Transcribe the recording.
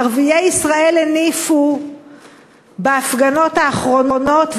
ערביי ישראל הניפו בהפגנות האחרונות,